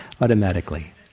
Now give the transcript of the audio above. automatically